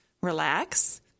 relax